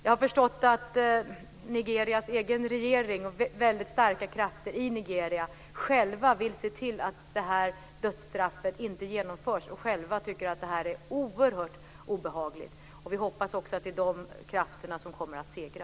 Jag har förstått att Nigerias egen regering och väldigt starka krafter i Nigeria vill se till att det här dödsstraffet inte genomförs och själva tycker att det här är oerhört obehagligt. Vi hoppas också att det är de krafterna som kommer att segra.